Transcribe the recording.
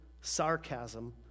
sarcasm